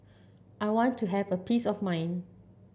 I want to have a peace of mind